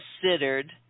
considered